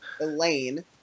Elaine